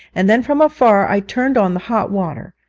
and then from afar i turned on the hot water.